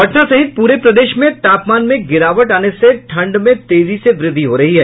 पटना सहित पूरे प्रदेश में तापमान में गिरावट आने से ठंड में तेजी से वृद्धि हो रही है